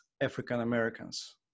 African-Americans